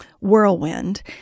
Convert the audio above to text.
whirlwind